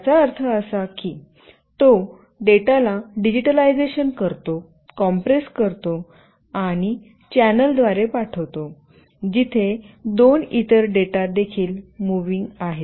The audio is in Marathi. याचा अर्थ असा की तो डेटाला डिजिटलायझेशन करतो कॉम्प्रेस करतो आणि चॅनेलद्वारे पाठवितो जिथे दोन इतर डेटा देखील मूव्हिंग आहेत